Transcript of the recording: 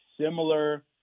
similar